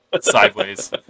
sideways